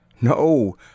No